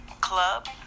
club